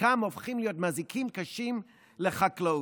שחלקם הופכים להיות מזיקים קשים לחקלאות.